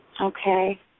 Okay